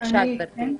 בבקשה גברתי.